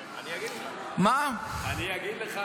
אני אגיד לך,